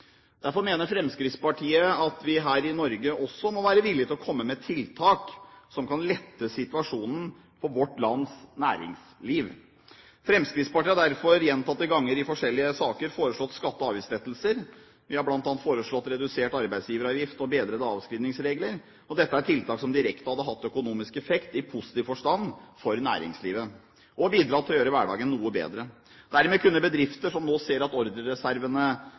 Derfor mener Fremskrittspartiet at vi her i Norge også må være villig til å komme med tiltak som kan lette situasjonen for vårt lands næringsliv. Fremskrittspartiet har derfor gjentatte ganger i forskjellige saker foreslått skatte- og avgiftslettelser. Vi har bl.a. foreslått redusert arbeidsgiveravgift og bedrede avskrivningsregler. Dette er tiltak som direkte hadde hatt økonomisk effekt i positiv forstand for næringslivet, og bidratt til å gjøre hverdagen noe bedre. Dermed kunne bedrifter som nå ser at